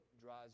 dries